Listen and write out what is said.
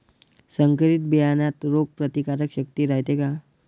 संकरित बियान्यात रोग प्रतिकारशक्ती रायते का?